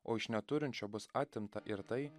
o iš neturinčio bus atimta ir tai